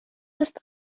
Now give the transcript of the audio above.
ist